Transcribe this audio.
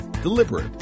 Deliberate